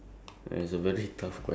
what would you do